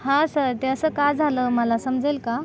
हा सर ते असं का झालं मला समजेल का